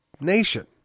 nation